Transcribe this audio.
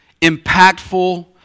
impactful